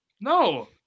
No